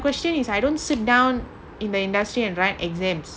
question is I don't sit down in the industry and write exams